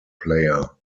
player